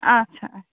اَچھا اَچھا